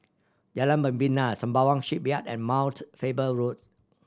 Jalan Membina Sembawang Shipyard and Mount Faber Road